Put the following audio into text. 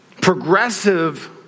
progressive